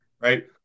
right